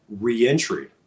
reentry